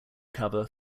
cover